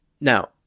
Now